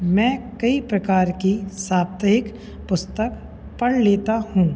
मैं कई प्रकार की साप्तहिक पुस्तक पढ़ लेता हूँ